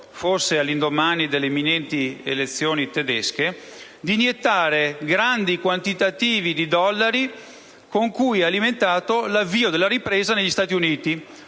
(forse all'indomani delle imminenti elezioni tedesche) di iniettare i grandi quantitativi di dollari con cui ha alimentato l'avvio della ripresa negli Stati Uniti